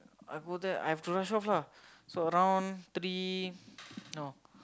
I go there I have to rush off lah so around three no